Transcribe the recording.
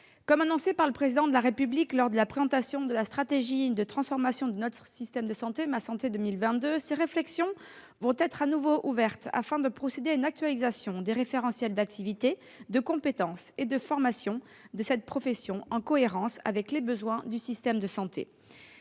Comme l'a annoncé le Président de la République lors de la présentation de la stratégie de transformation de notre système de santé Ma santé 2022, ces réflexions seront de nouveau ouvertes, afin de procéder à une actualisation des référentiels d'activité, de compétence et de formation de cette profession, en cohérence avec les besoins du système de santé.